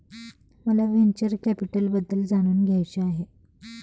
मला व्हेंचर कॅपिटलबद्दल जाणून घ्यायचे आहे